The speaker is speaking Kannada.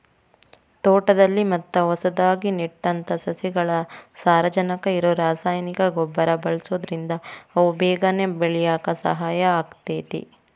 ತೋಟದಲ್ಲಿ ಮತ್ತ ಹೊಸದಾಗಿ ನೆಟ್ಟಂತ ಸಸಿಗಳಿಗೆ ಸಾರಜನಕ ಇರೋ ರಾಸಾಯನಿಕ ಗೊಬ್ಬರ ಬಳ್ಸೋದ್ರಿಂದ ಅವು ಬೇಗನೆ ಬೆಳ್ಯಾಕ ಸಹಾಯ ಆಗ್ತೇತಿ